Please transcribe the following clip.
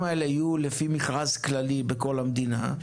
האלה יהיו לפי מכרז כללי בכל המדינה,